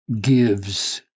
gives